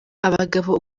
abagabo